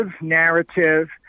narrative